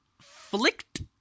flicked